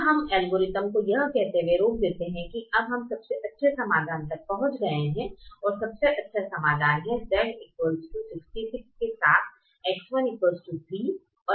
अब हम एल्गोरिदम को यह कहते हुए रोक देते हैं कि हम सबसे अच्छे समाधान तक पहुँच गए हैं और सबसे अच्छा समाधान है Z 66 के साथ X1 3 X2 4